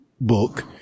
book